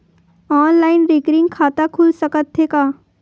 Online recurring खाता खुल सकथे का?